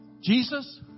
Jesus